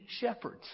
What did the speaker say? shepherds